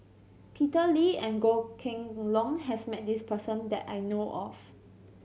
Peter Lee and Goh Kheng Long has met this person that I know of